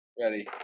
Ready